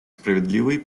справедливой